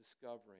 discovering